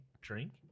drink